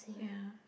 ya